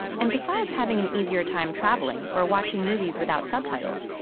and besides having an easier time traveling or watching movies without subtitles,